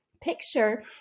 picture